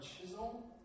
chisel